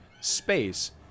space